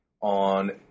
on